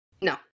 No